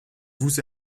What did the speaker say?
vus